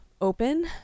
open